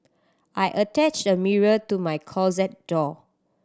I attached a mirror to my closet door